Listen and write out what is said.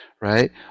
Right